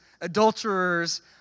adulterers